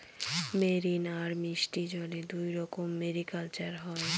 marine আর মিষ্টি জলে দুইরকম মেরিকালচার হয়